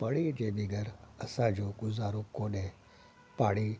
पाणी जंहिं बग़ैर असांजो गुज़ारो कोन्हे पाणी